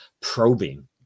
probing